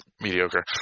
mediocre